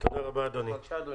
תודה רבה, אדוני.